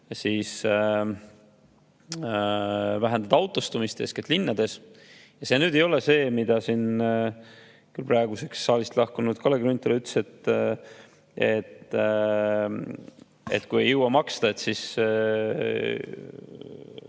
on vähendada autostumist eeskätt linnades ja see ei ole see, mida siin praeguseks saalist lahkunud Kalle Grünthal ütles, et kui ei jõua maksta, siis